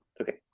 okay